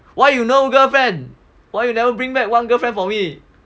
why you no girlfriend why you never bring back one girlfriend for me